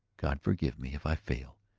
god forgive me if i fail!